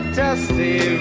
dusty